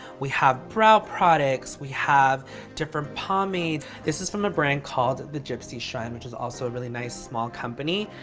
we have brow products, we have different pomades. this is from a brand called the gypsy shrine, which is also a really nice, small company.